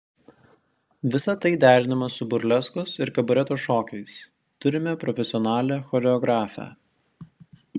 visa tai derinama su burleskos ir kabareto šokiais turime profesionalią choreografę